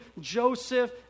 Joseph